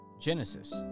Genesis